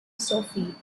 sophie